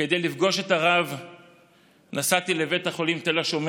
כדי לפגוש את הרב נסעתי לבית החולים תל השומר